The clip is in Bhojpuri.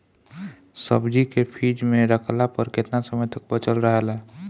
सब्जी के फिज में रखला पर केतना समय तक बचल रहेला?